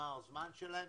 נגמר הזמן שלהם,